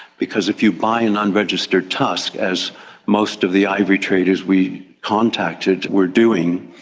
because if you buy an unregistered tusk, as most of the ivory traders we contacted were doing,